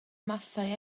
mathau